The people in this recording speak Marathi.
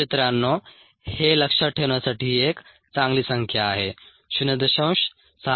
693 हे लक्षात ठेवण्यासाठी ही एक चांगली संख्या आहे 0